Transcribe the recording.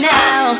now